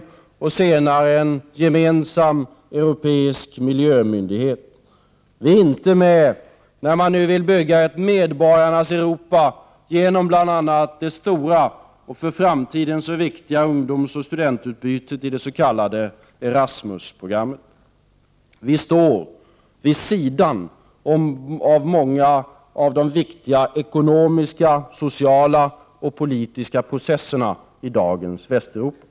Senare blir det fråga om en gemensam europeisk miljömyndighet. Vi är inte med när man nu vill bygga upp ett ”medborgarnas Europa” genom bl.a. det stora och för framtiden så viktiga ungdomsoch studentutbytet i det s.k. ERASMUS-programmet. Vi står vid sidan av många av de viktiga ekonomiska, sociala och politiska processerna i dagens Västeuropa.